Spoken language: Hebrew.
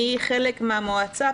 אני חלק מהמועצה,